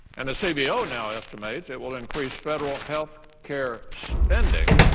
and the c b o. now estimates it will increase federal health care spending,